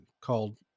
called